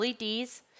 LEDs